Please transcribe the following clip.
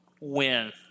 win